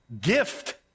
gift